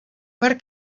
where